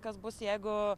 kas bus jeigu